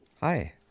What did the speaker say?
Hi